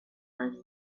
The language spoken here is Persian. است